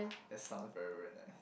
that sounds very very nice